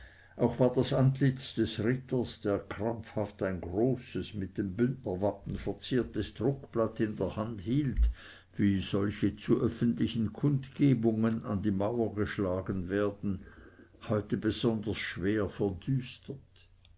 auch war das antlitz des ritters der krampfhaft ein großes mit dem bündnerwappen verziertes druckblatt in der hand hielt wie solche zu öffentlichen kundgebungen an die mauer geschlagen werden heute besonders schwer